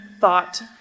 thought